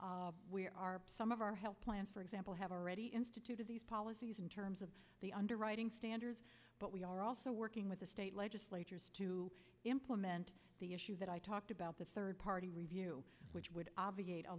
some of our health plans for example have already instituted these policies in terms of the underwriting standards but we are also working with the state legislature to implement the issues that i talked about the third party review which would obviate a